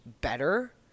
better